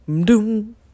doom